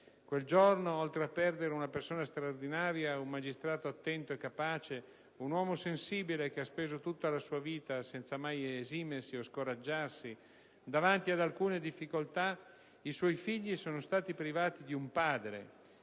Quel giorno oltre a perdere una persona straordinaria, un magistrato attento e capace, un uomo sensibile che ha speso tutta la sua vita senza mai esimersi o scoraggiarsi davanti ad alcuna difficoltà, i suoi figli sono stati privati di un padre.